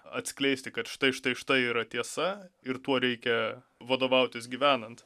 atskleisti kad štai štai štai yra tiesa ir tuo reikia vadovautis gyvenant